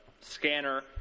scanner